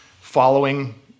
following